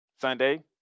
Sunday